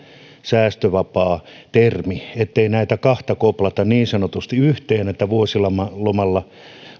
säästövapaa termi niin näitä kahta ei koplata niin sanotusti yhteen että vuosilomalla